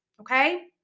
okay